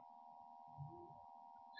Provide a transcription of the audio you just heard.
ವಿದ್ಯಾರ್ಥಿ 0 ರಿಂದ t